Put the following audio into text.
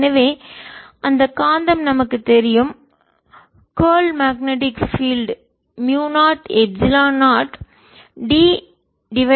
எனவே அந்த காந்தம் நமக்குத் தெரியும் கார்ல் மேக்னெட்டிக் பீல்ட் காந்தப்புலத்தின் மியூ0 எப்சிலன் 0 ddt